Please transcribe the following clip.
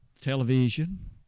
television